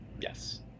Yes